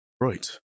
Right